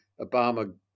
Obama